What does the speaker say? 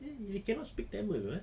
eh he cannot speak tamil [pe]